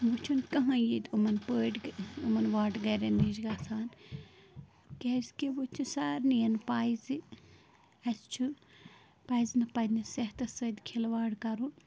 وۄنۍ چھِنہٕ کہٕنۍ ییٚتہِ یِمَن پٲٹ یِمَن واٹہٕ گَرٮ۪ن نِش گژھان کیٚازِکہِ وۄنۍ چھُ سارِنِیَن پے زِ اسہِ چھُ پَزِ نہٕ پَنٛنِس صحتَس سۭتۍ کھلواڑ کَرُن